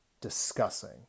discussing